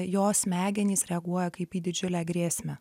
jo smegenys reaguoja kaip į didžiulę grėsmę